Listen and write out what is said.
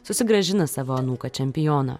susigrąžina savo anūką čempioną